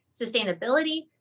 sustainability